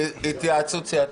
התייעצות סיעתית.